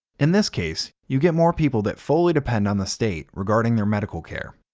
in this case, you get more people that fully depend on the state regarding their medical care.